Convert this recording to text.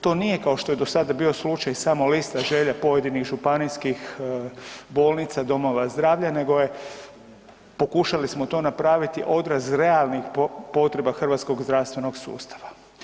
To nije kao što je do sada bio slučaj samo lista želja pojedinih županijskih bolnica, domova zdravlja nego smo pokušali napraviti odraz realnih potreba hrvatskog zdravstvenog sustava.